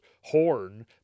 horn